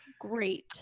Great